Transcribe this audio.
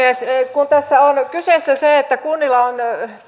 kun tässä on kyseessä se että kunnilla on